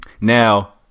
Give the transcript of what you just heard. Now